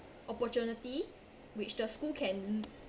opportunity which the school can